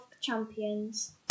champions